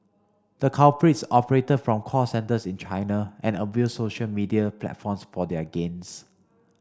the culprits operated from call centres in China and abused social media platforms for their gains